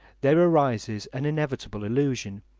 there arises an inevitable illusion,